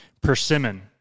Persimmon